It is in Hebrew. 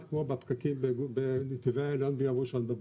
כמו בפקקים בנתיבי איילון בימי ראשון בבוקר.